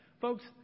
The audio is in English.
Folks